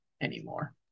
anymore